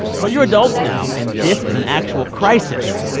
but you're adults now. and this is an actual crisis.